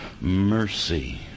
mercy